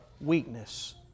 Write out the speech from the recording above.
weakness